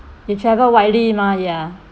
you travel widely mah ya